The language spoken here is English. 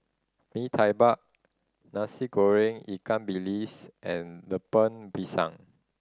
Mee Tai Mak Nasi Goreng ikan bilis and Lemper Pisang